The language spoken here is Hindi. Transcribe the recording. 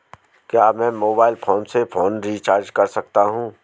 क्या मैं मोबाइल फोन से फोन रिचार्ज कर सकता हूं?